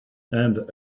and